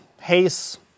haze